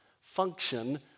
function